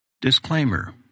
Disclaimer